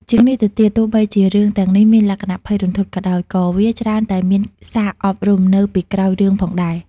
ជាងនេះទៅទៀត ទោះបីជារឿងទាំងនេះមានលក្ខណៈភ័យរន្ធត់ក៏ដោយ ក៏វាច្រើនតែមានសារអប់រំនៅពីក្រោយរឿងផងដែរ ។